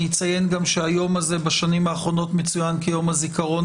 אני אציין גם שהיום הזה בשנים האחרונות מצוין כיום הזיכרון